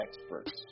experts